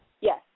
Yes